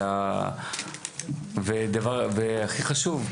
הכי חשוב,